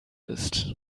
ist